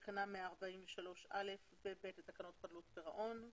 תקנה 108 לתקנות חדלות פירעון,